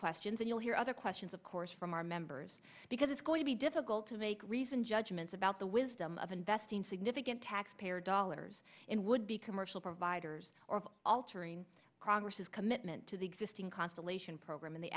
questions and you'll hear other questions of course from our members because it's going to be difficult to make reasoned judgments about the wisdom of investing significant taxpayer dollars in would be commercial providers or altering congress's commitment to the existing constellation program in the